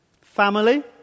family